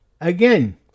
Again